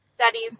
studies